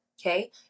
Okay